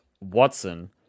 Watson